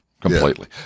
completely